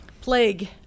plague